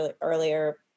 earlier